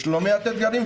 יש לא מעט אתגרים,